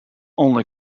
only